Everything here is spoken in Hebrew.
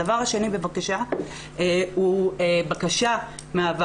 הדבר השני הוא בקשה מהוועדה,